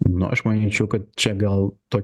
nu aš manyčiau kad čia gal to